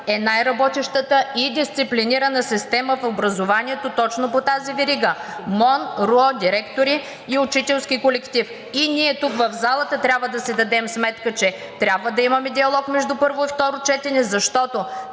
е най-работещата и дисциплинирана система в образованието точно по тази верига – МОН, РУО, директори и учителски колектив. И ние тук в залата трябва да си дадем сметка, че трябва да имаме диалог между първо и второ четене, защото